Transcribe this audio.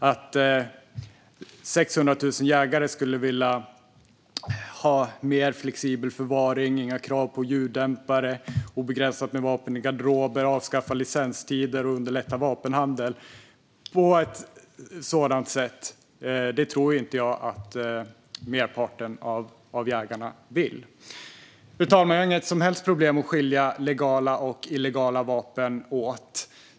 Att merparten av de 600 000 jägarna skulle vilja ha mer flexibel förvaring, inga krav på ljuddämpare, obegränsat med vapen i garderoben, avskaffade licenstider och underlättad vapenhandel på ett sådant sätt tror jag inte. Fru talman! Jag har inga som helst problem med att skilja legala och illegala vapen åt.